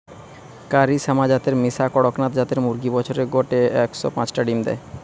কারি শ্যামা জাতের মিশা কড়কনাথ জাতের মুরগি বছরে গড়ে একশ পাচটা ডিম দেয়